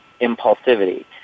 impulsivity